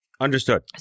Understood